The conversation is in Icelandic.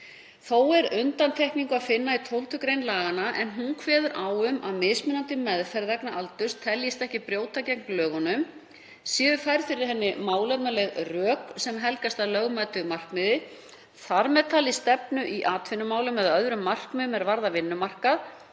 Þó er undantekningu að finna í 12. gr. laganna, en hún kveður á um að mismunandi meðferð vegna aldurs teljist ekki brjóta gegn lögunum séu færð fyrir henni málefnaleg rök sem helgast af lögmætu markmiði, þar með talið stefnu í atvinnumálum eða öðrum markmiðum er varða vinnumarkað,